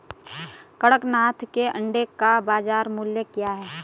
कड़कनाथ के अंडे का बाज़ार मूल्य क्या है?